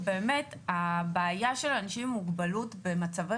שבאמת הבעיה של אנשים עם מוגבלות במצבי